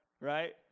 right